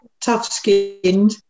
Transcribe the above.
tough-skinned